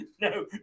No